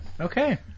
Okay